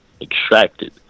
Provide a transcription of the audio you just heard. extracted